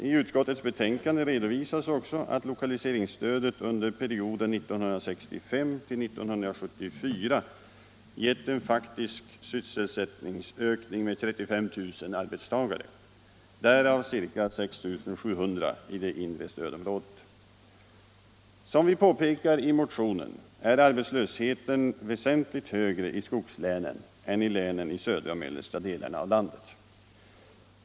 I utskottets betänkande redovisas också att lokaliseringsstödet under perioden 1965-1974 gett en faktisk sysselsättningsökning med 35 000 arbetstagare, därav ca 6 700 i det inre stödområdet. Som vi påpekar i motionen är arbetslösheten väsentligt högre i skogslänen än i länen i södra och mellersta delarna av landet.